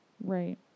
Right